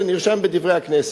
זה נרשם ב"דברי הכנסת".